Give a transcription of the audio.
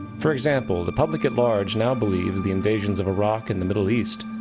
for example, the public at large now believe the invasions of iraq in the middle east,